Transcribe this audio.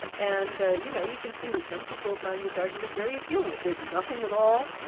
and ah you know, you can see that some people find this argument very appealing. if there's nothing at all,